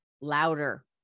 louder